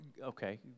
Okay